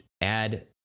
add